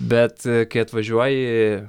bet kai atvažiuoji